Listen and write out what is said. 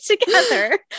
together